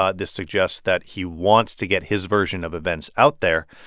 ah this suggests that he wants to get his version of events out there.